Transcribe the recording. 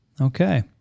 okay